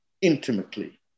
intimately